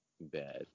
bad